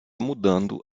mudando